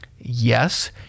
yes